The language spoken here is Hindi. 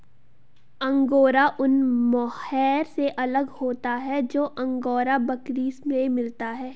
अंगोरा ऊन मोहैर से अलग होता है जो अंगोरा बकरी से मिलता है